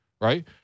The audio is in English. right